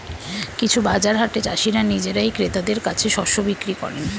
কিছু বাজার হাটে চাষীরা নিজেরাই ক্রেতাদের কাছে শস্য বিক্রি করেন